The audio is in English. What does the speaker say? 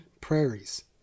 prairies